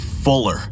fuller